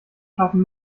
scharfen